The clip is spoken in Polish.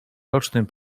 rocznym